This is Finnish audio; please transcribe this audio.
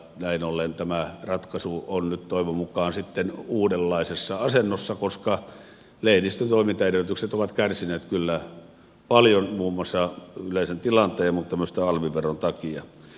näin ollen tämä ratkaisu on nyt toivon mukaan sitten uudenlaisessa asennossa koska lehdistön toimintaedellytykset ovat kärsineet kyllä paljon muun muassa yleisen tilanteen mutta myös tämän alviveron takia